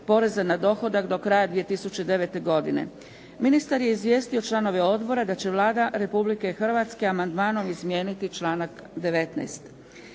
poreza na dohodak do kraja 2009. godine. Ministar je izvijestio članove odbora da će Vlada Republike Hrvatske amandmanom izmijeniti članak 19.